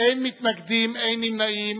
אין מתנגדים, אין נמנעים.